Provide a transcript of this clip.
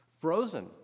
frozen